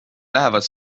lähevad